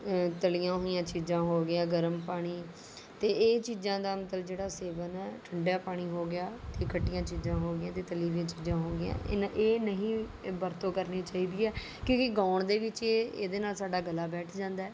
ਤਲ਼ੀਆਂ ਹੋਈਆਂ ਚੀਜ਼ਾਂ ਹੋ ਗਈਆਂ ਗਰਮ ਪਾਣੀ ਅਤੇ ਇਹ ਚੀਜ਼ਾਂ ਦਾ ਮਤਲਬ ਜਿਹੜਾ ਸੇਵਨ ਹੈ ਠੰਡਾ ਪਾਣੀ ਹੋ ਗਿਆ ਅਤੇ ਖੱਟੀਆਂ ਚੀਜ਼ਾਂ ਹੋ ਗਈਆਂ ਅਤੇ ਤਲੀਆਂ ਵੀਆਂ ਚੀਜ਼ਾਂ ਹੋ ਗਈਆਂ ਇਨ੍ਹਾਂ ਇਹ ਨਹੀਂ ਵਰਤੋਂ ਕਰਨੀਆਂ ਚਾਹੀਦੀਆਂ ਕਿਉਂਕਿ ਗਾਉਣ ਦੇ ਵਿੱਚ ਇਹਦੇ ਨਾਲ ਸਾਡਾ ਗਲਾ ਬੈਠ ਜਾਂਦਾ ਹੈ